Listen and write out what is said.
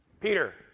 Peter